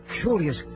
curious